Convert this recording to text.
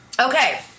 okay